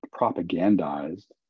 propagandized